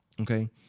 Okay